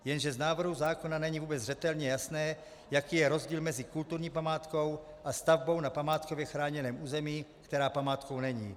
Jenže z návrhu zákona není vůbec zřetelně jasné, jaký je rozdíl mezi kulturní památkou a stavbou na památkově chráněném území, která památkou není.